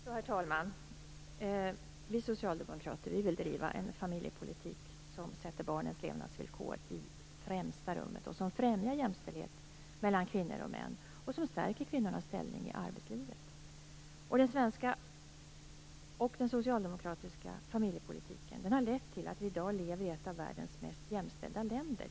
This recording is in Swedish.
Herr talman! Vi socialdemokrater vill driva en familjepolitik som sätter barnens levnadsvillkor i främsta rummet, en familjepolitik som främjar jämställdhet mellan kvinnor och män och som stärker kvinnornas ställning i arbetslivet. Den socialdemokratiska familjepolitiken har lett till att vi i dag lever i ett av världens mest jämställda länder.